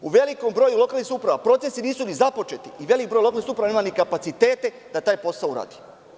U velikom broju lokalnih samouprava procesi nisu ni započeti i veliki broj lokalnih samouprava nema ni kapacitete da taj posao uradi.